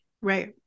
Right